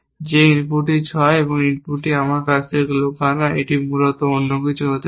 যে ইনপুটটি 6 ইনপুটটি আমার কাছ থেকে লুকানো এটি মূলত অন্য কিছু হতে পারে